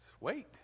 wait